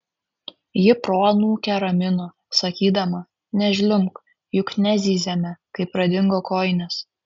ji proanūkę ramino sakydama nežliumbk juk nezyzėme kai pradingo kojinės